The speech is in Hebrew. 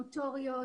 מוטוריות,